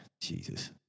Jesus